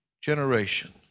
generation